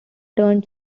turn